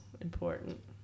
important